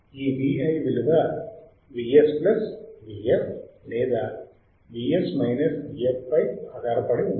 ఈ Vi విలువ Vs Vf లేదా Vs Vf పైఆధారపడి ఉంటుంది